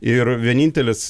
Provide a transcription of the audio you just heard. ir vienintelis